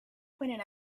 pointed